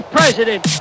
President